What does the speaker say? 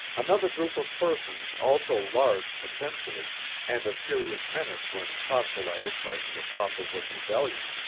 another group of persons also large potentially and a serious menace when proselyted by the apostles of rebellion,